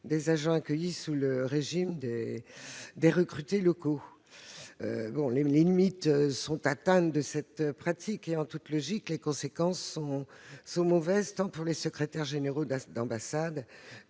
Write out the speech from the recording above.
des agents accueillis sous le régime des recrutés locaux. On atteint les limites de cette pratique. En toute logique, les conséquences sont négatives tant pour les secrétaires généraux d'ambassade